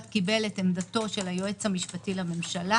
קיבל את עמדתו של היועץ המשפטי לממשלה.